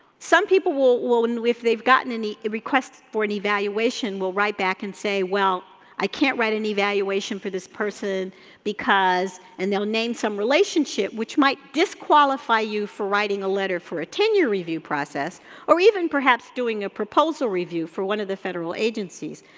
some people will, if they've gotten any requests for an evaluation, will write back and say, well i can't write an evaluation for this person because and they'll name some relationship which might disqualify you for writing a letter for a ten year review process or even perhaps doing a proposal review for one of the federal agencies.